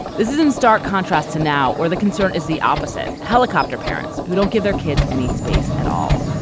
this is in stark contrast to now where the concern is the opposite. helicopter parents who don't give their kids any space at all.